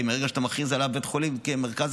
מרגע שאתה מכריז על בית חולים כמרכז-על,